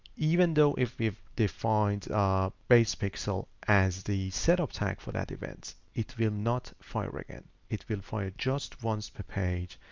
even though if if defined base pixel as the setup tag for that events, it will not fire again, it will fire just once per page,